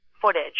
footage